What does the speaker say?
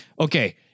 okay